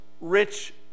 rich